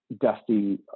Dusty